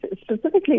specifically